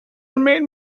made